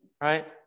right